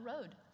road